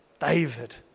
David